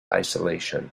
isolation